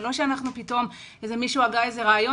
זה לא שפתאום מישהו הגה איזשהו רעיון